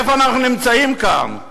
איפה אנחנו נמצאים כאן?